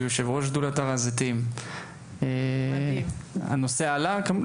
שהוא יושב ראש שדולת הר הזיתים והנושא הזה עלה.